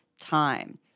time